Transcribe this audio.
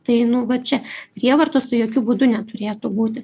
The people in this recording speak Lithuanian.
tai nu va čia prievartos tai jokiu būdu neturėtų būti